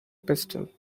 pistol